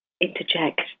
interject